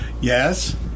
Yes